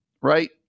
right